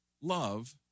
Love